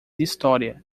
história